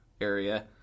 area